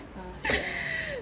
ah sikit ah